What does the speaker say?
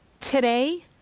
today